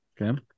Okay